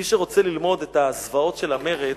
מי שרוצה ללמוד את הזוועות של המרד,